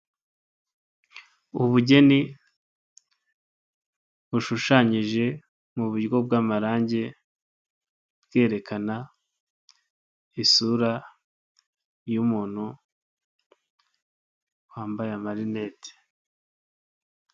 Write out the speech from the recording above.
Ubugeni bushushanyije mu buryo bw'amarangi, bwerekana isura y'umuntu wambaye amarinete.